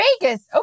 Vegas